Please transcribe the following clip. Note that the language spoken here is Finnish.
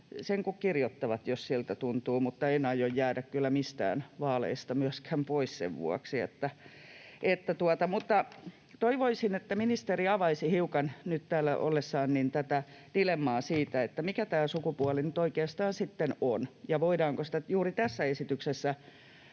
Sen kun kirjoittavat, jos siltä tuntuu, mutta en aio jäädä kyllä mistään vaaleista myöskään pois sen vuoksi. Mutta toivoisin, että ministeri avaisi hiukan nyt täällä ollessaan tätä dilemmaa siitä, mikä tämä sukupuoli nyt oikeastaan sitten on, ja voidaanko sitä juuri tässä esityksessä